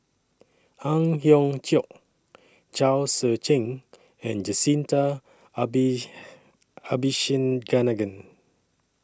Ang Hiong Chiok Chao Tzee Cheng and Jacintha Abi Abisheganaden